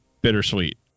bittersweet